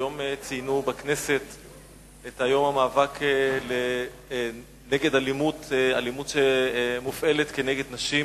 היום ציינו בכנסת את יום המאבק נגד אלימות שמופעלת כנגד נשים,